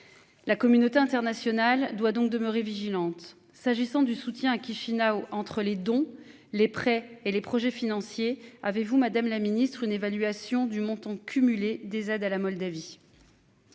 La communauté internationale doit donc demeurer vigilante. S'agissant du soutien qui FINA ou entre les dons, les prêts et les projets financiers avez-vous madame la ministre, une évaluation du montant cumulé des aides à la Moldavie.--